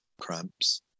cramps